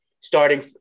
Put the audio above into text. starting